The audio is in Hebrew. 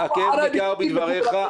הכאב ניכר בדבריך,